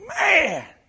Man